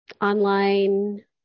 online